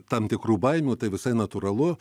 tam tikrų baimių tai visai natūralu